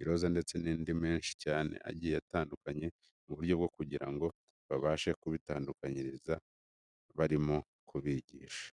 iroza ndetse n'andi menshi cyane agiye atandukanye mu buryo bwo kugira ngo babashe kubatandukanyiriza ibyo barimo kubigisha.